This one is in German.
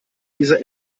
diese